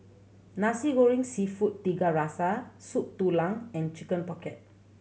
Nasi Goreng Seafood Tiga Rasa Soup Tulang and Chicken Pocket